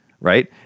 right